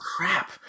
crap